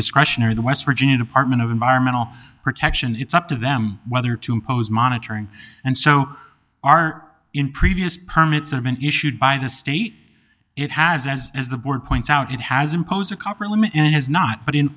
discretionary the west virginia department of environmental protection it's up to them whether to impose monitoring and so are in previous permits have been issued by the state it has as has the board points out it has imposed a cover limit in has not but in